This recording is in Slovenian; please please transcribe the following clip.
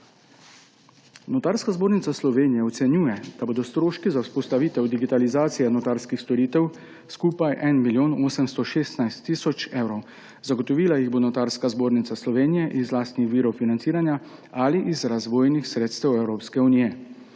Notarska zbornica Slovenije ocenjuje, da bodo stroški za vzpostavitev digitalizacije notarskih storitev skupaj 1 milijon 816 tisoč evrov. Zagotovila jih bo Notarska zbornica Slovenije iz lastnih virov financiranja ali iz razvojnih sredstev Evropske unije.